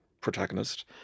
protagonist